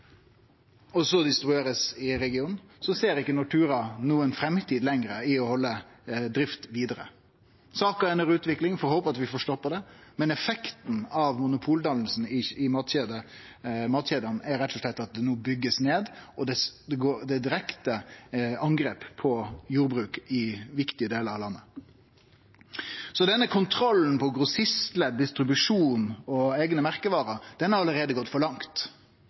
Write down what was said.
så blir distribuerte i regionen, ser ikkje Nortura lenger noka framtid i å halde oppe vidare drift. Saka er under utvikling. Vi får håpe at vi får stoppa det, men effekten av monopoldanninga i matkjedene er rett og slett at det no blir bygd ned, og det er eit direkte angrep på jordbruket i viktige delar av landet. Denne kontrollen over grossistledd, distribusjon og eigne merkevarer har allereie gått for langt,